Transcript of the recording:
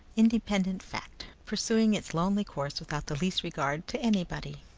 independent fact, pursuing its lonely course without the least regard to anybody.